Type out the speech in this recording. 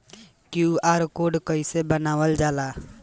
QR code कइसे बनवाल जाला?